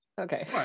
Okay